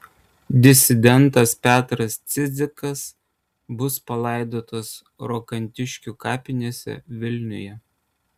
disidentas petras cidzikas bus palaidotas rokantiškių kapinėse vilniuje